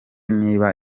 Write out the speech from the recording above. niba